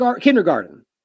kindergarten